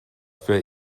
für